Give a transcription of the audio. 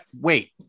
wait